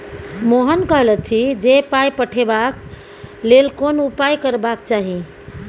मोहन कहलथि जे पाय पठेबाक लेल कोन उपाय करबाक चाही